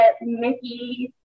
Mickey